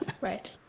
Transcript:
Right